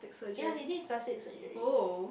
ya he did plastic surgery